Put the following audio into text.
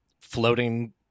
floating